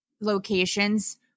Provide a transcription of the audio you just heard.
locations